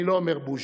אני לא אומר בוז'י.